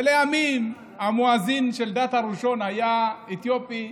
ולימים המואזין הראשון של הדת היה אתיופי,